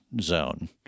zone